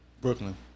Brooklyn